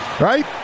Right